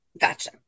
gotcha